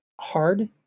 hard